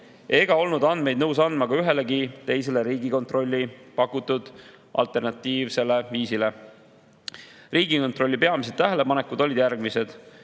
ega olnud andmeid nõus andma ka ühelgi teisel Riigikontrolli pakutud alternatiivsel viisil. Riigikontrolli peamised tähelepanekud olid järgmised.